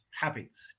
habits